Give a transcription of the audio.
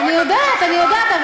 אני יודעת, אני יודעת.